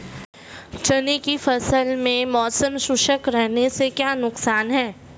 चने की फसल में मौसम शुष्क रहने से क्या नुकसान है?